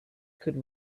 could